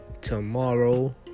tomorrow